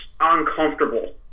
uncomfortable